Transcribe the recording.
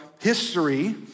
history